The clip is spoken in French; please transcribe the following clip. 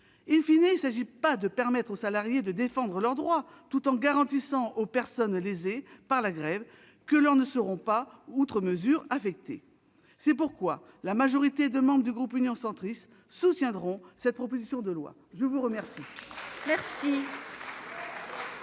il s'agit de permettre aux salariés de défendre leurs droits, tout en garantissant aux personnes lésées par la grève que les leurs ne seront pas, outre mesure, affectés. C'est pourquoi la majorité des membres du groupe Union Centriste soutiendra cette proposition de loi. Bravo ! La parole